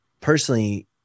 personally